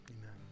Amen